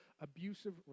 abusive